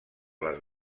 les